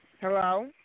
Hello